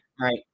right